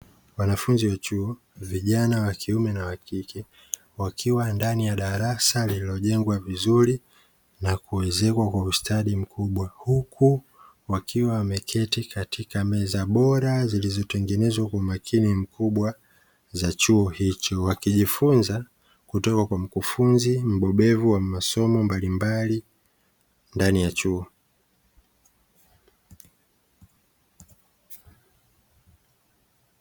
Wanafunzi wa chuo (vijana wa kiume na wa kike) wakiwa ndani ya darasa lililojengwa vizuri na kuezekwa kwa ustadi mkubwa, huku wakiwa wameketi katika meza bora zilizotengenezwa kwa umakini mkubwa za chuo hicho, wakijifunza kutoka kwa mkufunzi mbobevu wa masomo mbalimbali ndani ya chuo.